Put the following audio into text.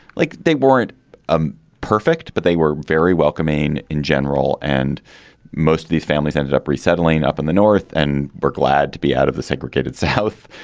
like they weren't ah perfect, but they were very welcoming in general. and most of these families ended up resettling up in the north and were glad to be out of the segregated south.